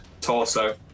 torso